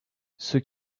ceux